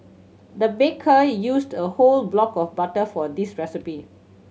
the baker used a whole block of butter for this recipe